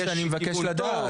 אני מבקש לדעת,